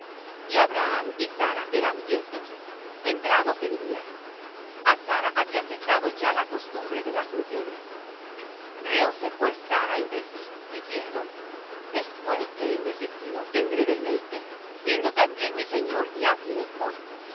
y abraham y sara eran viejos entrados en días á sara había cesado ya la costumbre de las mujeres rióse pues sara entre sí diciendo después que he envejecido tendré deleite siendo también mi señor ya viejo